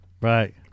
right